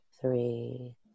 three